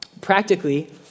practically